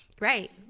Right